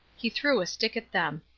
he threw a stick at them.